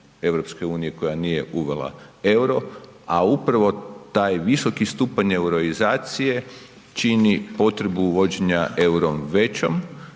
zemlja EU koja nije uvela EUR-o, a upravo taj visoki stupanj euroizacije čini potrebu uvođena EUR-a većom